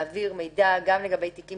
לעניין מקרים שבהם מעבירים מידע על תיקים